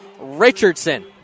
Richardson